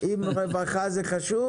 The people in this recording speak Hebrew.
אז אם רווחה זה חשוב,